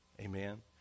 Amen